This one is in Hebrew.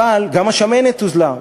אבל גם השמנת הוזלה,